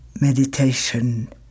meditation